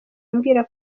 ambwira